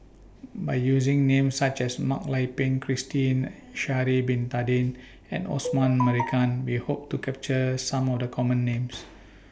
By using Names such as Mak Lai Peng Christine Sha'Ari Bin Tadin and Osman Merican We Hope to capture Some of The Common Names